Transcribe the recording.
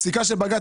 פסיקה של בג"ץ,